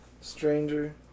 stranger